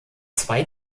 zwei